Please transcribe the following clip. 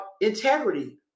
integrity